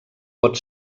pot